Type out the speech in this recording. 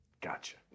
Gotcha